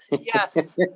Yes